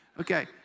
Okay